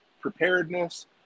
preparedness